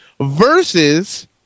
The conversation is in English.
versus